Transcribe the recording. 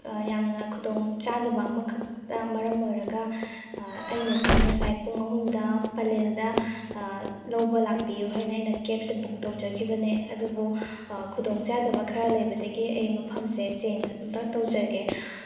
ꯌꯥꯝꯅ ꯊꯨꯗꯣꯡ ꯆꯥꯗꯕ ꯑꯃꯈꯛꯅ ꯃꯔꯝ ꯑꯣꯏꯔꯒ ꯑꯩꯅꯗꯤ ꯉꯁꯥꯏ ꯄꯨꯡ ꯑꯍꯨꯝꯗ ꯄꯦꯂꯦꯜꯗ ꯂꯧꯕ ꯂꯥꯛꯄꯤꯌꯨ ꯍꯥꯏꯅ ꯑꯩꯅ ꯀꯦꯞꯁꯦ ꯕꯨꯛ ꯇꯧꯖꯥꯈꯤꯕꯅꯦ ꯑꯗꯨꯕꯨ ꯈꯨꯗꯣꯡ ꯆꯥꯟꯕ ꯈꯔ ꯂꯩꯕꯗꯒꯤ ꯑꯩ ꯃꯐꯝꯁꯦ ꯑꯩ ꯆꯦꯟꯁ ꯑꯃꯇ ꯇꯧꯖꯒꯦ